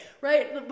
right